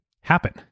happen